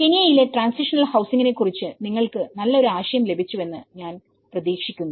കെനിയയിലെ transitional ഹൌസിംഗിനെക്കുറിച്ച് നിങ്ങൾക്ക് നല്ല ഒരു ആശയം ലഭിച്ചുവെന്ന് ഞാൻ പ്രതീക്ഷിക്കുന്നു